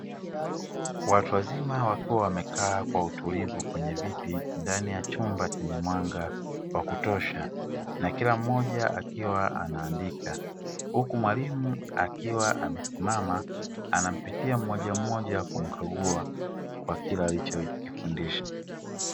Watu wazima wakiwa wamekaa kwa utulivu kwenye viti ndani ya chumba chenye mwanga wa kutosha. Na kila mmoja akiwa anaandika, huku mwalimu akiwa amesimama anampitia mmoja mmoja kumkagua kwa kile alichokifundisha.